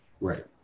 Right